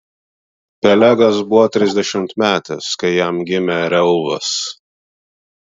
pelegas buvo trisdešimtmetis kai jam gimė reuvas